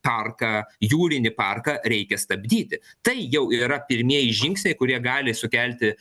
parką jūrinį parką reikia stabdyti tai jau yra pirmieji žingsniai kurie gali sukelti